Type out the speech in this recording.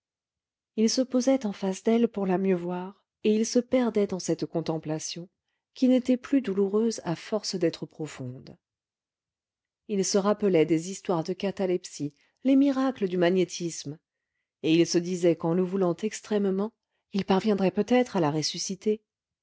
il se posait en face d'elle pour la mieux voir et il se perdait en cette contemplation qui n'était plus douloureuse à force d'être profonde il se rappelait des histoires de catalepsie les miracles du magnétisme et il se disait qu'en le voulant extrêmement il parviendrait peut-être à la ressusciter